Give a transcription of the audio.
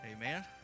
Amen